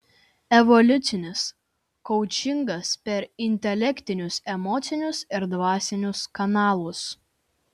evoliucinis koučingas per intelektinius emocinius ir dvasinius kanalus